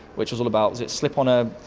which was all about, was it slip on a,